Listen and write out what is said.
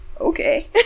okay